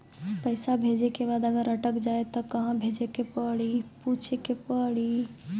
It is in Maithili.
पैसा भेजै के बाद अगर अटक जाए ता कहां पूछे के पड़ी?